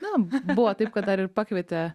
na buvo taip kad dar ir pakvietė